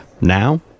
now